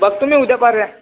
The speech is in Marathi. बघतो मी उद्या परवा